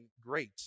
great